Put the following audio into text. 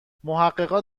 محققان